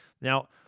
Now